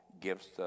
gifts